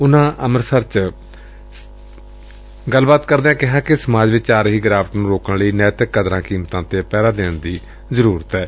ਉਨ੍ਹਾ ਕਿਹਾ ਸਮਾਜ ਵਿਚ ਆ ਰਹੀ ਗਿਰਾਵਟ ਨੂੰ ਰੋਕਣ ਲਈ ਨੈਤਿਕ ਕਦਰਾਂ ਕੀਮਤਾਂ ਤੇ ਪਹਿਰਾ ਦੇਣ ਦੀ ਲੋੜ ਏ